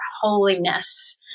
holiness